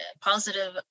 positive